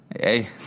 Hey